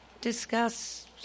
discuss